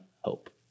hope